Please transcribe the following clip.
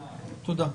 תודה.